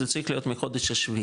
זה צריך להיות מהחודש השביעי.